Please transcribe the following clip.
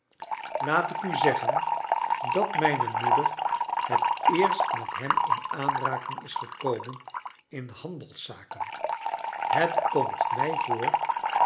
laat ik u zeggen dat mijne moeder het eerst met hem in aanraking is gekomen in handelszaken het komt mij voor